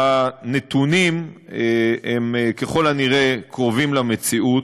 הנתונים הם ככל הנראה קרובים למציאות.